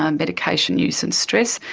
um medication use and stress,